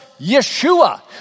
Yeshua